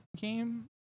game